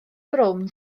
brown